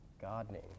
gardening